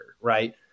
right